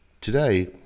today